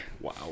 wow